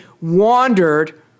wandered